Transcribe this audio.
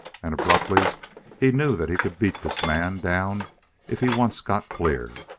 and abruptly he knew that he could beat this man down if he once got clear.